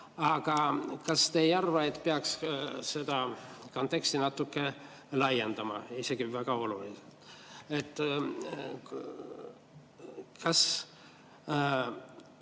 Aga kas te ei arva, et peaks seda konteksti natuke laiendama? See on isegi väga oluline.